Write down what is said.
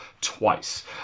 twice